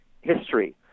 history